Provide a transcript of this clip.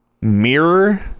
Mirror